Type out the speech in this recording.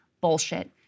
bullshit